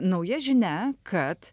nauja žinia kad